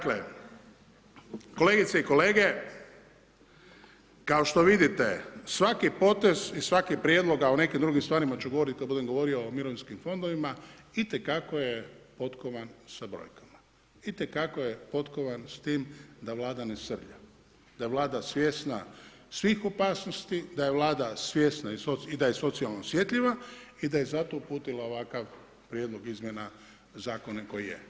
Dakle, kolegice i kolege, kao što vidite svaki potez i svaki prijedlog, a o nekim drugim stvarima ću govorit kad budem govorio o mirovinskim fondovima i te kako je potkovan sa brojkama i te kako je potkovan sa tim da Vlada ne srlja, da je Vlada svjesna svih opasnosti, da je Vlada svjesna i da je socijalno osjetljiva i da je zato uputila ovakav Prijedlog izmjena zakona koji je.